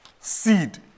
seed